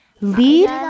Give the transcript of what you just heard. Lead